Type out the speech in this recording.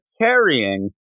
carrying